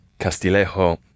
Castilejo